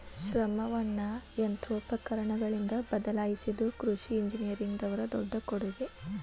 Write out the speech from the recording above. ಶ್ರಮವನ್ನಾ ಯಂತ್ರೋಪಕರಣಗಳಿಂದ ಬದಲಾಯಿಸಿದು ಕೃಷಿ ಇಂಜಿನಿಯರಿಂಗ್ ದವರ ದೊಡ್ಡ ಕೊಡುಗೆ